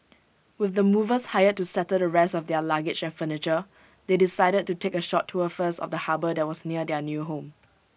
with the movers hired to settle the rest of their luggage and furniture they decided to take A short tour first of the harbour that was near their new home